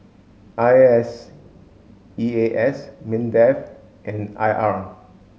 I S E A S MINDEF and I R